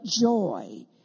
joy